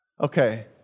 Okay